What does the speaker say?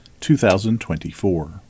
2024